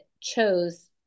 chose